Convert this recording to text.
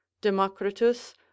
Democritus